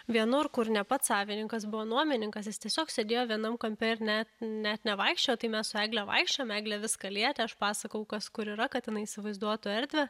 vienur kur ne pats savininkas buvo nuomininkas jis tiesiog sėdėjo viename kampe ir net net nevaikščiojo tai mes su egle vaikščiojom eglė viską lietė aš pasakojau kas kur yra kad jinai įsivaizduotų erdvę